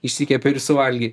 išsikepi ir suvalgei